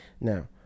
now